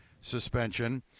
suspension